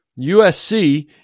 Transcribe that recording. USC